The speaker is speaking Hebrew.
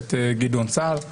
הכנסת גדעון סער,